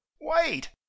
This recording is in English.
Wait